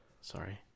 Sorry